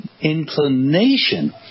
inclination